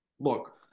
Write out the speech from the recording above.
Look